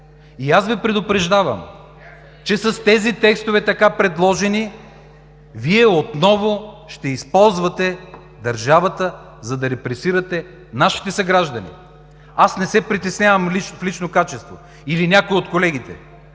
И аз Ви предупреждавам, че с тези текстове, така предложени, Вие отново ще използвате държавата, за да репресирате нашите съграждани. Аз не се притеснявам в лично качество или някои от колегите,